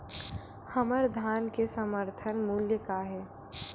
हमर धान के समर्थन मूल्य का हे?